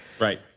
Right